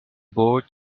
board